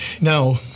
Now